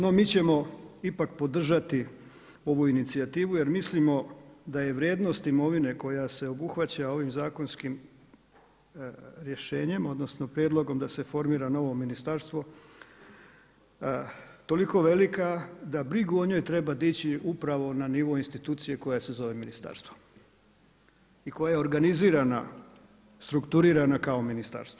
No mi ćemo ipak podržati ovu inicijativu, jer mislimo da je vrijednost imovine koja se obuhvaća ovim zakonskim rješenjem, odnosno prijedlogom da se formira novo ministarstvo toliko velika da brigu o njoj treba dići upravo na nivo institucije koja se zove ministarstvo i koja je organizirana, strukturirana kao ministarstvo.